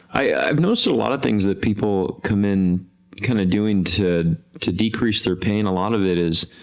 i've noticed a lot of things that people come in kind of doing to to decrease their pain a lot of it is,